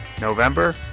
November